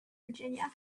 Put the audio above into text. virginia